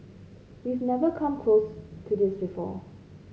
we've never come close to this before